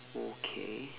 okay